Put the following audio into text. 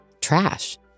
trash